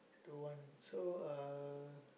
don't want so uh